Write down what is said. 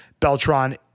Beltron